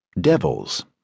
Devils